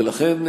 ולכן,